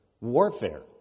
warfare